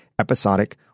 episodic